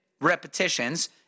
repetitions